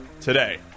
today